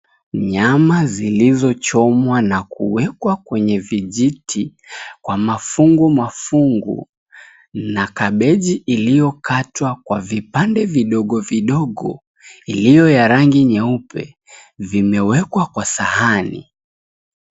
Nyama zilizochomwa na kuwekwa kwenye vijiti kwa mafungu mafungu na kabeji iliyokatwa kwa vipande vidogo vidogo ilyo ya rangi nyeupe, vimewekwa kwa sahani.